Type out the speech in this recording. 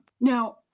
Now